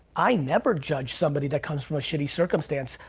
i never judge somebody that comes from a shitty circumstance.